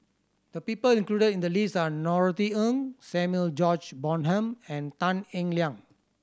the people included in the list are Norothy Ng Samuel George Bonham and Tan Eng Liang